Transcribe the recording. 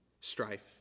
strife